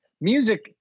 music